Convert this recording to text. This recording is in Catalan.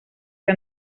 que